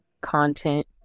content